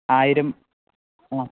ആയിരം ആ